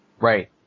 Right